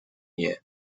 year